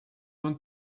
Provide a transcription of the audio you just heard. want